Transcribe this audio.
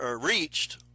reached